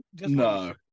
No